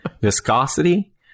Viscosity